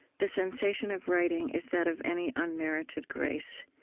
the sensation of writing is that of any unmerited grace.